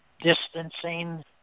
distancing